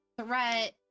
threat